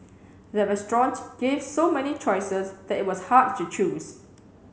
the restaurant gave so many choices that it was hard to choose